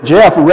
Jeff